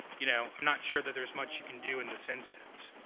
you know, i'm not sure that there's much you can do in this instance.